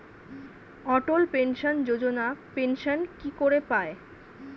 অটল pension Yojana pension কি করে পায়?